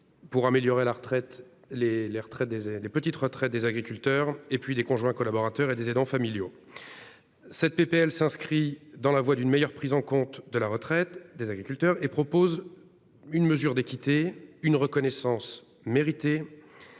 ont amélioré les petites retraites des agriculteurs puis celles des conjoints collaborateurs et des aidants familiaux. Cette proposition de loi vise à une meilleure prise en compte de la retraite des agriculteurs. Il s'agit d'une mesure d'équité, d'une reconnaissance méritée,